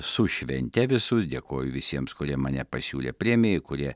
su švente visus dėkoju visiems kurie mane pasiūlė premijai kurie